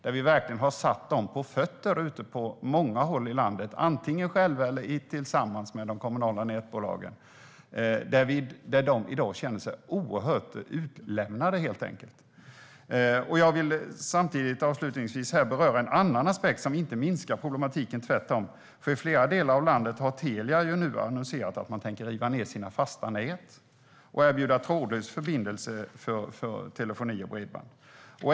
Vi har verkligen fått dem på fötter på många håll i landet, antingen själva eller tillsammans med de kommunala nätbolagen. I dag känner de sig oerhört utlämnade. Avslutningsvis vill jag beröra en annan aspekt som inte minskar problematiken, tvärtom. I flera delar av landet har Telia nu annonserat att man tänker riva sina fasta nät och erbjuda trådlös förbindelse för telefoni och bredband.